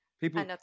people